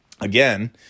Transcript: Again